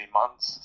months